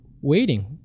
waiting